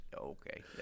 okay